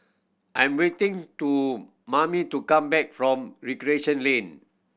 I'm waiting to Mamie to come back from Recreation Lane